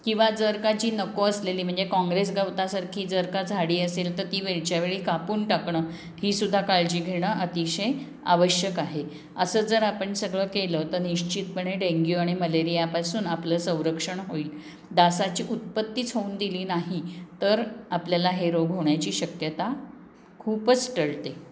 किंवा जर का जी नको असलेली म्हणजे काँग्रेस गवतासारखी जर का झाडी असेल तर ती वेळच्या वेळी कापून टाकणं हीसुद्धा काळजी घेणं अतिशय आवश्यक आहे असं जर आपण सगळं केलं तर निश्चितपणे डेंग्यू आणि मलेरियापासून आपलं संरक्षण होईल डासाची उत्पत्तीच होऊन दिली नाही तर आपल्याला हे रोग होण्याची शक्यता खूपच टळते